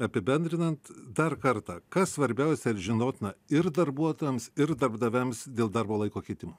apibendrinant dar kartą kas svarbiausia ir žinotina ir darbuotojams ir darbdaviams dėl darbo laiko keitimo